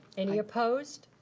any opposed?